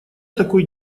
такой